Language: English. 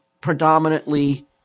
predominantly